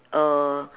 uh